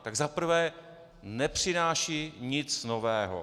Tak za prvé nepřináší nic nového.